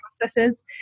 processes